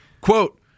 Quote